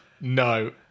No